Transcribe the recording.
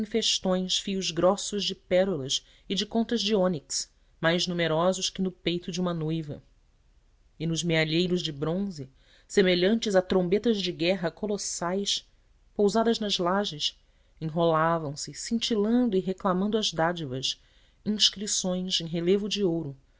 festões fios grossos de pérolas e de contas de ônix mais numerosos que no peito de uma noiva e nos mealheiros de bronze semelhantes a trombetas de guerra colossais pousadas nas lajes enrolavam se cintilando e reclamando as dádivas inscrições em relevo de ouro